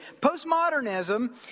Postmodernism